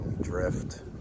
drift